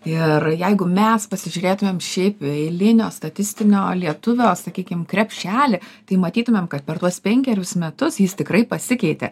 ir jeigu mes pasižiūrėtumėm šiaip eilinio statistinio lietuvio sakykim krepšelį tai matytumėm kad per tuos penkerius metus jis tikrai pasikeitė